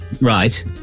Right